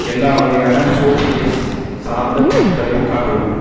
எல்லா வகையான soap case சார்ந்த பொருட்களையும் காட்டவும்